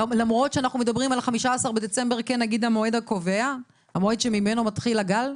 למרות שאנחנו מדברים על ה-15 בדצמבר כמועד שממנו מתחיל הגל?